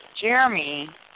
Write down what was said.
Jeremy